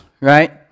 right